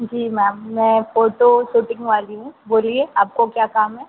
जी ma'am मैं photo shooting वाली हूँ बोलिए आपको क्या काम है